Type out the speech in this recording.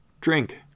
Drink